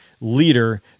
leader